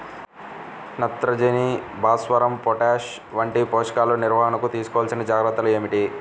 నత్రజని, భాస్వరం, పొటాష్ వంటి పోషకాల నిర్వహణకు తీసుకోవలసిన జాగ్రత్తలు ఏమిటీ?